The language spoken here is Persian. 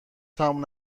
تموم